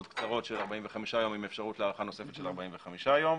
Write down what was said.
קצרות של 45 ימים עם אפשרות להארכה נוספת של 45 ימים.